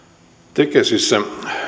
tekesissä